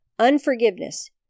Unforgiveness